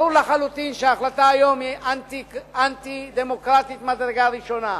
ברור לחלוטין שההחלטה היום היא אנטי-דמוקרטית ממדרגה ראשונה,